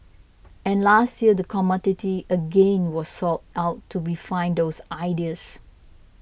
and last year the again was sought out to refine those ideas